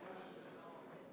ספר מה יש שם,